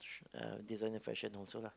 uh designer fashion also lah